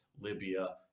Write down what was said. Libya